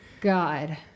God